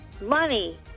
money